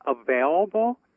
available